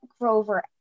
Grover